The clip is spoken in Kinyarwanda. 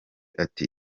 ati